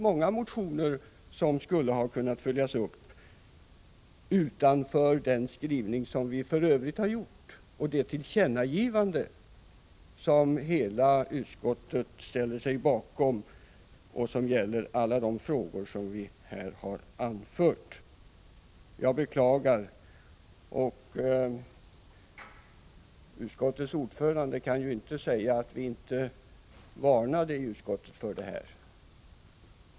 Många motioner skulle ha kunnat följas upp, vid sidan av den skrivning som ändå gjorts och det tillkännagivande som hela utskottet har ställt sig bakom och som gäller alla de frågor som här har tagits upp. Utskottets ordförande kan ju inte säga att vi inte varnade i utskottet.